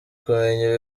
kumenya